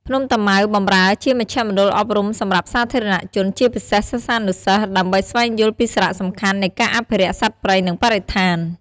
ភ្នំតាម៉ៅបម្រើជាមជ្ឈមណ្ឌលអប់រំសម្រាប់សាធារណជន ជាពិសេសសិស្សានុសិស្ស ដើម្បីស្វែងយល់ពីសារៈសំខាន់នៃការអភិរក្សសត្វព្រៃ និងបរិស្ថាន។